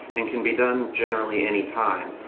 and can be done generally any time,